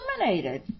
eliminated